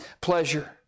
pleasure